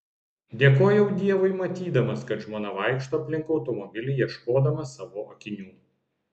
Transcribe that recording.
dėkojau dievui matydamas kad žmona vaikšto aplink automobilį ieškodama savo akinių